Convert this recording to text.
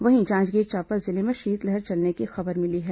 वहीं जांजगीर चांपा जिले में शीतलहर चलने की खबर मिली है